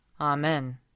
Amen